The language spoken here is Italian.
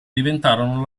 diventarono